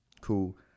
Cool